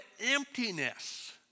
emptiness